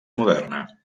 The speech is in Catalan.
moderna